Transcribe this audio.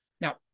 Now